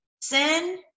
sin